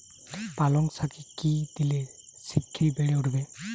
পালং শাকে কি দিলে শিঘ্র বেড়ে উঠবে?